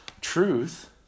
truth